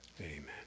Amen